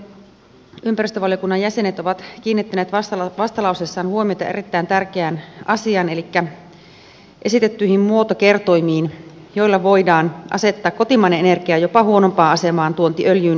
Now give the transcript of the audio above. perussuomalaisten ympäristövaliokunnan jäsenet ovat kiinnittäneet vastalauseessaan huomiota erittäin tärkeään asiaan elikkä esitettyihin muotokertoimiin joilla voidaan asettaa kotimainen energia jopa huonompaan asemaan tuontiöljyyn verrattuna